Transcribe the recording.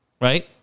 Right